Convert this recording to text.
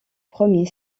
premier